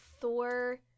Thor